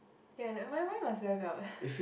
ya that why why why must wear belt